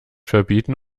verbieten